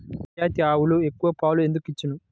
గిరిజాతి ఆవులు ఎక్కువ పాలు ఎందుకు ఇచ్చును?